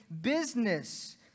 business